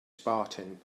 spartan